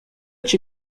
cię